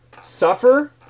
suffer